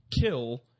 kill